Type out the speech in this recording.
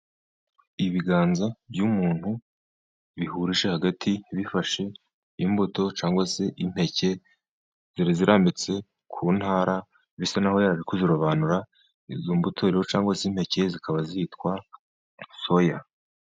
Ibiganza by'umuntu bihurije hagati bifashe imbuto cyangwa se impeke. Zari zirambitse ku ntara bisa n'aho yari ari kuzirobanura. Izo imbuto cyangwa se impeke zikaba zitwa soya.